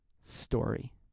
story